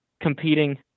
competing